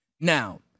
Now